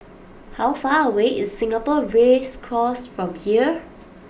how far away is Singapore Race Course from here